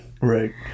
right